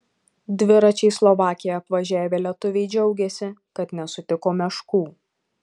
dviračiais slovakiją apvažiavę lietuviai džiaugiasi kad nesutiko meškų